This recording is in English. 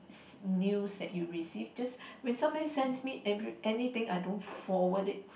news that you receive just when somebody sends me anything I don't forward it